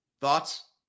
Thoughts